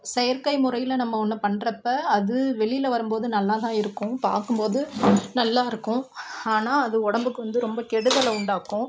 செயற்கை முறையில் நம்ம ஒன்றை பண்ணுறப்ப அது வெளியில வரும்போது நல்லா தான் இருக்கும் பார்க்கும்போது நல்லா இருக்கும் ஆனால் அது உடம்புக்கு வந்து ரொம்ப கெடுதலை உண்டாக்கும்